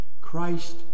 Christ